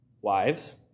wives